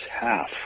half